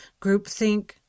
groupthink